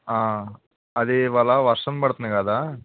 అది ఇవాళ వర్షం పడుతుంది కదా